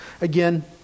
again